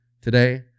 today